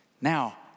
now